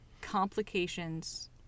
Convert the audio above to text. complications